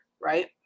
Right